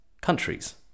countries